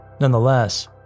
Nonetheless